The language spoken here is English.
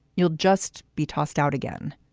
you'll just be tossed out again.